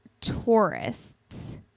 tourists